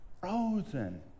frozen